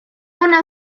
ona